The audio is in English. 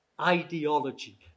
ideology